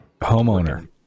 Homeowner